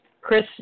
Chris